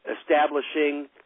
establishing